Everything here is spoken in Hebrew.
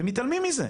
אתם מתעלמים מזה.